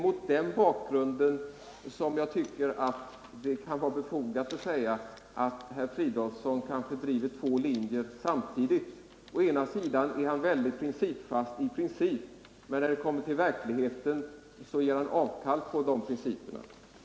Mot den bakgrunden tycker jag det kan vara befogat att säga att herr Fridolfsson driver två linjer sam tidigt. Han är i princip väldigt principfast, men när det kommer till verk = Nr 120 ligheten gör han avkall på sina principer. Onsdagen den BI 13 november 1974